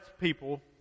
people